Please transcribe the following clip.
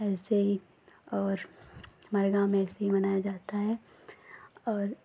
ऐसे ही और हमारे गाँव में ऐसे ही मनाया जाता है और